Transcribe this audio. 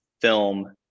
film